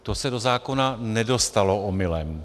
To se do zákona nedostalo omylem.